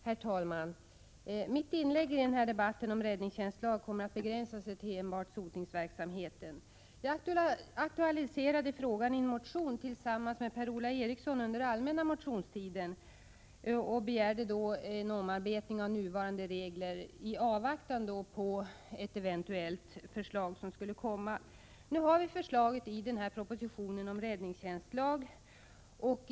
Herr talman! Mitt inlägg i den här debatten om räddningstjänstlag kommer att begränsa sig till enbart sotningsverksamheten. Jag aktualiserade frågan i en motion tillsammans med Per-Ola Eriksson under allmänna motionstiden, där vi begärde en omarbetning av nuvarande regler i avvaktan på ett eventuellt förslag. Nu har vi förslaget i propositionen om räddningstjänstlag.